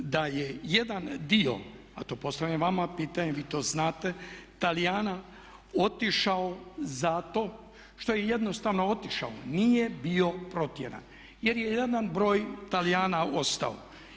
Da je jedan dio a to postavljam vama pitanje, vi to znate Talijana otišao zato što je jednostavno otišao, nije bio protjeran jer je jedan broj Talijana ostao.